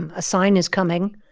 and a sign is coming.